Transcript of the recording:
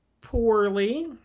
Poorly